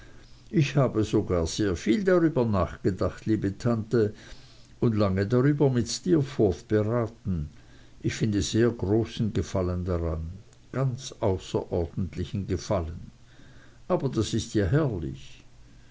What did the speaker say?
ich habe sogar sehr viel darüber nachgedacht liebe tante und lange darüber mit steerforth beraten ich finde sehr großen gefallen daran ganz außerordentlichen gefallen aber das ist ja herrlich